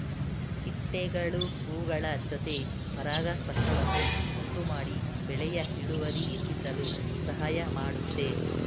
ಚಿಟ್ಟೆಗಳು ಹೂಗಳ ಜೊತೆ ಪರಾಗಸ್ಪರ್ಶವನ್ನು ಉಂಟುಮಾಡಿ ಬೆಳೆಯ ಇಳುವರಿ ಹೆಚ್ಚಿಸಲು ಸಹಾಯ ಮಾಡುತ್ತೆ